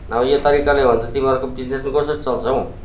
नभए यो तरिकाले हो भने त तिमीहरूको बिजिनेस पनि कसरी चल्छ हौ